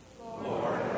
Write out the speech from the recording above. Lord